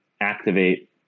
activate